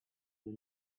your